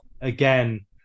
again